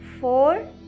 four